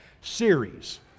series